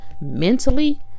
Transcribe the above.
mentally